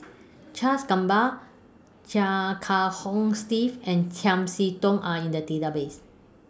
Charles Gamba Chia Kiah Hong Steve and Chiam See Tong Are in The Database